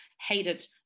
hated